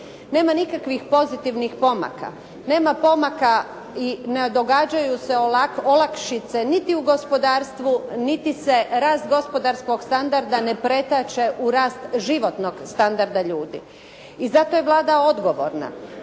Nema nikakvih pozitivnih pomaka, nema pomaka i ne događaju se olakšice niti u gospodarstvu, niti se rast gospodarskog standarda ne pretače u rast životnog standarda ljudi. I zato je Vlada odgovorna.